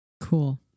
Cool